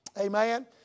Amen